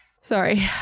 Sorry